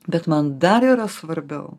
bet man dar yra svarbiau